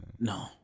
No